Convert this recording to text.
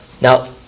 Now